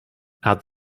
add